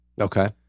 Okay